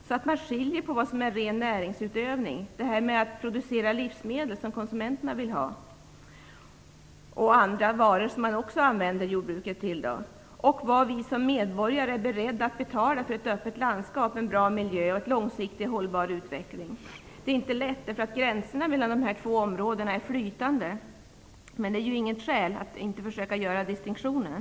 Det gäller att skilja på det som är ren näringsutövning, dvs. att producera livsmedel som konsumenterna vill ha och andra varor som jordbruket producerar, och vad vi som medborgare är beredda att betala för ett öppet landskap, en bra miljö och en långsiktigt hållbar utveckling. Det är inte lätt. Gränserna mellan de två områdena är flytande. Men det är inget skäl att inte försöka göra distinktionen.